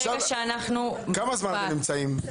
כמה זמן אתם נמצאים?